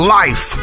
life